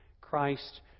Christ